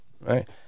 right